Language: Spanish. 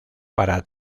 para